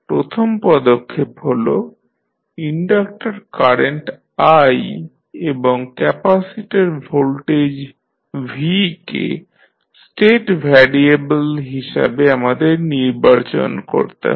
প্রথম পদক্ষেপ হল ইনডাকটর কারেন্ট i এবং ক্যাপাসিটর ভোল্টেজ v কে স্টেট ভ্যারিয়েবল হিসাবে আমদের নির্বাচন করতে হবে